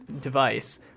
device